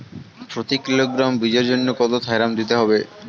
প্রতি কিলোগ্রাম বীজের জন্য কত থাইরাম দিতে হবে?